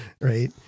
Right